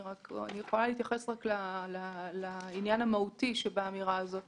אני יכולה להתייחס רק לעניין המהותי שבאמירה הזאת